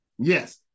Yes